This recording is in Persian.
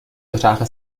دوچرخه